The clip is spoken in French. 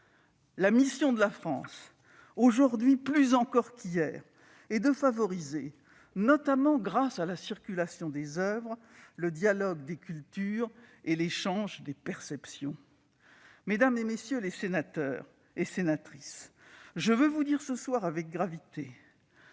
La mission de la France, aujourd'hui plus encore qu'hier, est de favoriser, notamment grâce à la circulation des oeuvres, le dialogue des cultures et l'échange des perceptions. Mesdames les sénatrices, messieurs les sénateurs, je veux vous le dire ce soir avec gravité